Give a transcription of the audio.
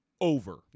over